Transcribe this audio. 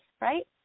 right